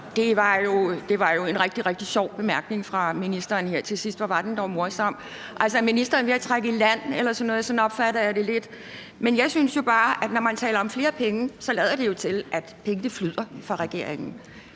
det var jo en rigtig, rigtig sjov bemærkning fra ministeren her til sidst. Hvor var den dog morsom. Er ministeren ved at trække i land eller sådan noget? Sådan opfatter jeg det lidt. Jeg synes bare, at når man taler om flere penge, lader det jo til, at pengene flyder fra regeringen.